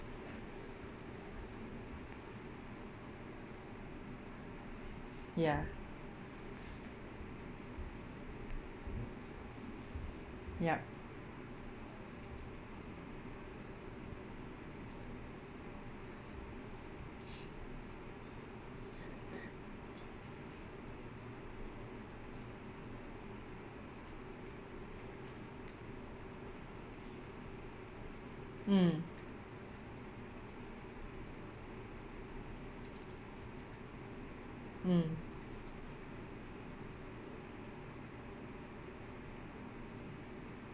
ya yup mm mm